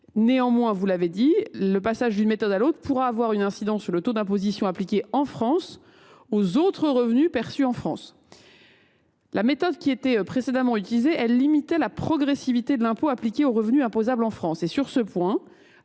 Néanmoins, le passage d’une méthode à l’autre pourra avoir une incidence sur le taux d’imposition appliqué en France sur les autres revenus perçus en France. La méthode précédemment utilisée limitait la progressivité de l’impôt appliqué aux revenus imposables en France. Sur ce point,